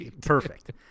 perfect